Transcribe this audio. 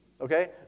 okay